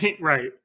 right